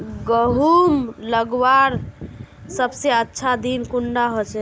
गहुम लगवार सबसे अच्छा दिन कुंडा होचे?